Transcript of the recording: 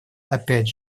опять